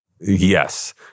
Yes